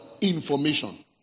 information